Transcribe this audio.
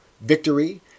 victory